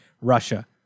Russia